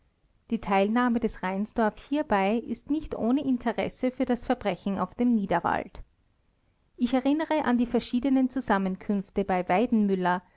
die teilnahme des reinsdorf hierbei ist nicht ohne interesse für das verbrechen auf dem niederwald ich erinnere an die verschiedenen zusammenkünfte bei